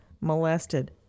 molested